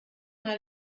mal